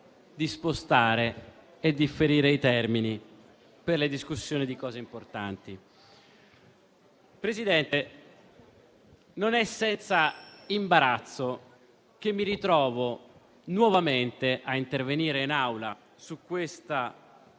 di spostare e differire i termini per la discussione di cose importanti. Presidente, non è senza imbarazzo che mi ritrovo nuovamente a intervenire in Aula in questa